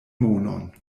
monon